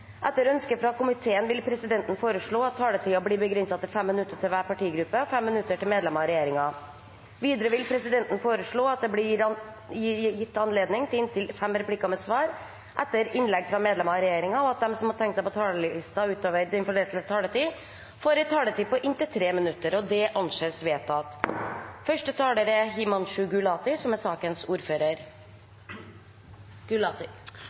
Etter ønske fra kommunal- og forvaltningskomiteen vil presidenten foreslå at taletiden blir begrenset til 5 minutter til hver partigruppe og 5 minutter til medlemmer av regjeringen. Videre vil presidenten foreslå at det blir gitt anledning til inntil fem replikker med svar etter innlegg fra medlemmer av regjeringen, og at de som måtte tegne seg på talerlisten utover den fordelte taletid, får en taletid på inntil 3 minutter. – Det anses vedtatt. Avhendingsloven er loven som regulerer kjøp og salg av bruktboliger i Norge. En samstemt komité er